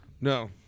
No